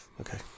Okay